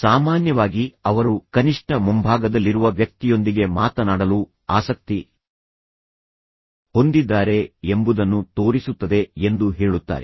ಸಾಮಾನ್ಯವಾಗಿ ಅವರು ಕನಿಷ್ಠ ಮುಂಭಾಗದಲ್ಲಿರುವ ವ್ಯಕ್ತಿಯೊಂದಿಗೆ ಮಾತನಾಡಲು ಆಸಕ್ತಿ ಹೊಂದಿದ್ದಾರೆ ಎಂಬುದನ್ನು ತೋರಿಸುತ್ತದೆ ಎಂದು ಹೇಳುತ್ತಾರೆ